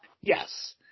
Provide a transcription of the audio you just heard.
yes